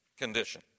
condition